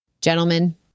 gentlemen